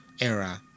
era